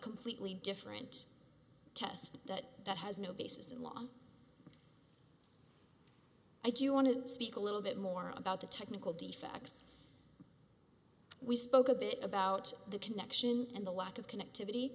completely different test that that has no basis in law i do want to speak a little bit more about the technical defects we spoke a bit about the connection and the lack of connectivity